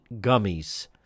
Gummies